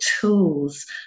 tools